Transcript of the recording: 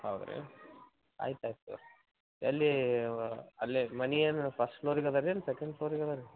ಹೌದಾ ರೀ ಆಯ್ತು ಆಯ್ತು ತೊಗೊ ರಿ ಎಲ್ಲಿ ಅಲ್ಲಿ ಮನೆ ಏನು ಫಸ್ಟ್ ಫ್ಲೋರಿಗೆ ಅದ ರಿ ಏನು ಸೆಕೆಂಡ್ ಫ್ಲೋರಿಗೆ ಅದ ರಿ